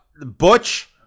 Butch